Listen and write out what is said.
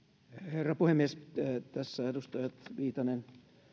herra puhemies tässä edustajat viitanen